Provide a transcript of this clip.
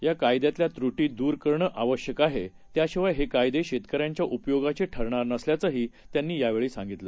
याकायद्यातल्यात्र्टीदुरकरणे आवश्यकआहे त्याशिवायहेकायदेशेतकऱ्यांच्याउपयोगाचेठरणारनसल्याचंहीत्यांनीयावेळीसांगितलं